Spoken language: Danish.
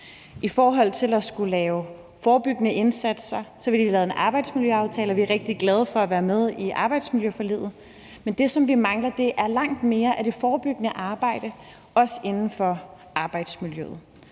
I forhold til at skulle lave forebyggende indsatser har vi lige lavet en arbejdsmiljøaftale, og vi er rigtig glade for at være med i arbejdsmiljøforliget, men det, som vi mangler, er langt mere af det forebyggende arbejde, også inden for arbejdsmiljøet.